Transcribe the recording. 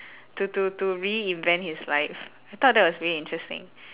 to to to reinvent his life I thought that was pretty interesting